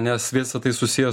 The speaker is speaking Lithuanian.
nes visa tai susiję